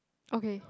okay